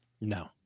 No